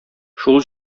шул